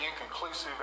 inconclusive